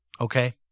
Okay